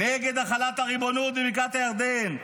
נגד החלת הריבונות בבקעת הירדן.